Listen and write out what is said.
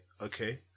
okay